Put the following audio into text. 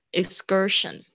excursion